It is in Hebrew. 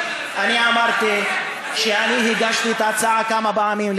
אמרתי שהגשתי את ההצעה כמה פעמים.